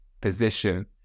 position